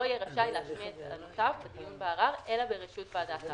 לא יהיה רשאי להשמיע את טענותיו בדיון בערר אלא ברשות ועדת הערר".